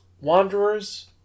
Wanderers